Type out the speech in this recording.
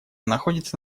находится